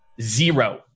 Zero